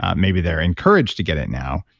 ah maybe they're encouraged to get it now,